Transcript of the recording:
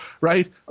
right